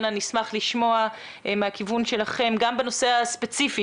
נשמח לשמוע מהכיוון שלכם גם בנושא הספציפי